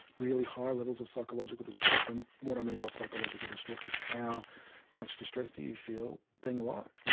really high levels of psychological distress, and what i mean by psychological distress is how much distress do you feel being alive. you know